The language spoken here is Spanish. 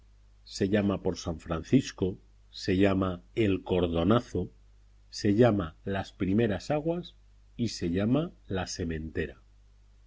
se llama por san francisco se llama el cordonazo se llama las primeras aguas y se llama la sementera